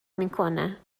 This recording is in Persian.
میکنه